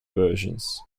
versions